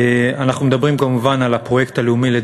אנחנו מדברים כמובן על הפרויקט הלאומי לדיור,